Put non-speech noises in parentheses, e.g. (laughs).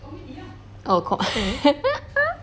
komedi ah oh ko~ (laughs)